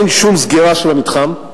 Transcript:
אין שום סגירה של המתחם,